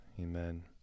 Amen